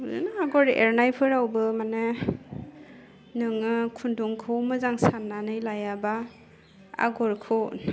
बेनो आगर एरनायफोरावबो माने नोङो खुन्दुंखौ मोजां साननानै लायाबा आगरखौ